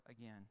again